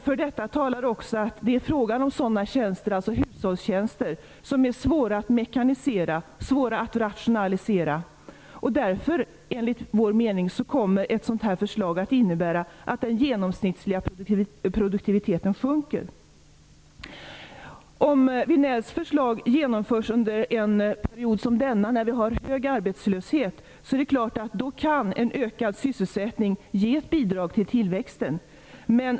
För detta talar också att det är fråga om sådana tjänster, alltså hushållstjänster, som det är svårt att mekanisera och rationalisera. Enligt vår mening kommer därför ett sådant här förslag att innebära att den genomsnittliga produktiviteten sjunker. Om Lars Vinells förslag genomförs under en period som denna, alltså med hög arbetslöshet, kan självfallet ökad sysselsättning bidra till tillväxt.